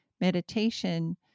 meditation